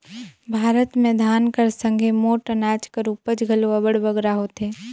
भारत में धान कर संघे मोट अनाज कर उपज घलो अब्बड़ बगरा होथे